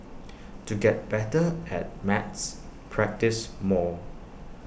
to get better at maths practise more